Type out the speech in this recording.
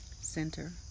center